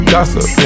Gossip